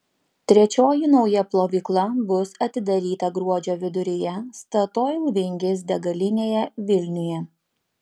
trečioji nauja plovykla bus atidaryta gruodžio viduryje statoil vingis degalinėje vilniuje